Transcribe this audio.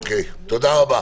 אוקיי, תודה רבה.